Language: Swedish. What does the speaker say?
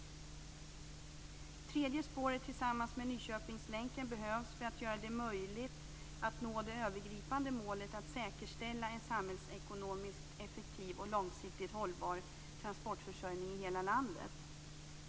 Tredje spåret, tillsammans med Nyköpingslänken, behövs för att göra det möjligt att nå det övergripande målet att säkerställa en samhällsekonomiskt effektiv och långsiktigt hållbar transportförsörjning i hela landet.